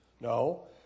No